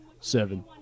Seven